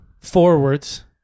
forwards